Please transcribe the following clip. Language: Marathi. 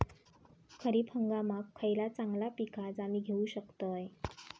खरीप हंगामाक खयला चांगला पीक हा जा मी घेऊ शकतय?